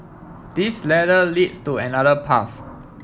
this ladder leads to another path